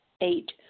Eight